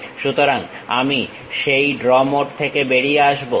সুতরাং আমি সেই ড্র মোড থেকে বেরিয়ে আসবো